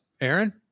Aaron